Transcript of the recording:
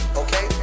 okay